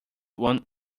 one